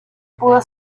pudo